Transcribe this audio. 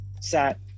sat